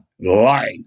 life